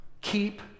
keep